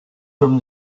from